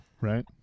right